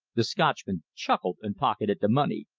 the scotchman chuckled and pocketed the money.